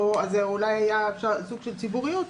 אולי יש סוג של ציבוריות,